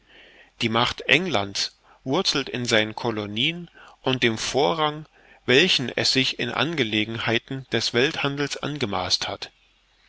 die macht england's wurzelt in seinen colonien und in dem vorrang welchen es sich in angelegenheiten des welthandels angemaßt hat